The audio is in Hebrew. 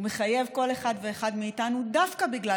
הוא מחייב כל אחד ואחד מאיתנו דווקא בגלל